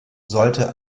sollte